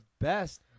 best